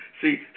See